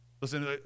Listen